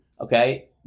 okay